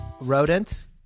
Rodent